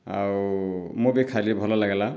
ଆଉ ମୁଁ ବି ଖାଇଲି ଭଲଲାଗିଲା